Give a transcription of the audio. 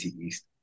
East